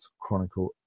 Chronicle